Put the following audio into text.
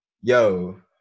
Yo